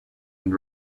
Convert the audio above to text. and